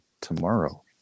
tomorrow